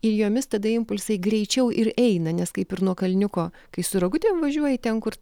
ir jomis tada impulsai greičiau ir eina nes kaip ir nuo kalniuko kai su rogutėm važiuoji ten kur